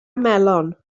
melon